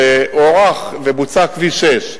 כשהוארך ובוצע כביש 6,